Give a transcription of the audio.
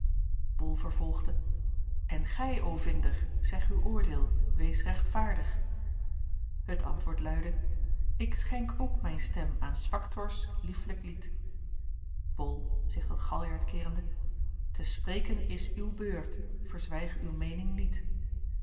ol vervolgde en gij o vinder zeg uw oordeel wees rechtvaardig het antwoord luidde ik schenk ook mijne stem aan s factors lieflijk lied bol zich tot galjart keerende te spreken is uw beurt verzwijg uw meening niet